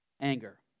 anger